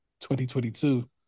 2022